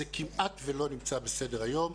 זה כמעט ולא נמצא בסדר-היום.